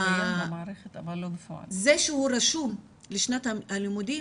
זה שהוא רשום לשנת הלימודים,